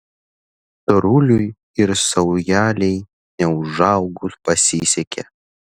storuliui ir saujelei neūžaugų pasisekė